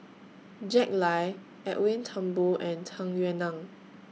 Jack Lai Edwin Thumboo and Tung Yue Nang